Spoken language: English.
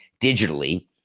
digitally